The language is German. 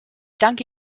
danke